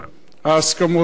ההסכמות האלה.